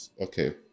Okay